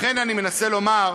לכן אני מנסה לומר,